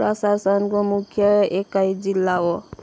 प्रशासनको मुख्य एकाइ जिल्ला हो